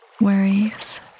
worries